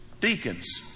deacons